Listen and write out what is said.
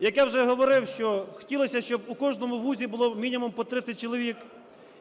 Як я вже говорив, що хотілося, щоб у кожному вузі було мінімум по 30 чоловік,